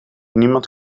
niemand